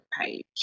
page